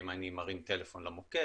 אם אני מרים טלפון למוקד.